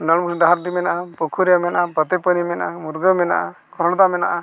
ᱰᱟᱱᱵᱚᱥ ᱰᱟᱦᱟᱨᱰᱤ ᱢᱮᱱᱟᱜᱼᱟ ᱯᱩᱠᱷᱩᱨᱤᱭᱟᱹ ᱢᱮᱱᱟᱜᱼᱟ ᱯᱟᱛᱤᱯᱟᱦᱟᱲᱤ ᱢᱮᱱᱟᱜᱼᱟ ᱢᱩᱨᱜᱟᱹ ᱢᱮᱱᱟᱜᱼᱟ ᱠᱚᱦᱚᱲᱫᱟ ᱢᱮᱱᱟᱜᱼᱟ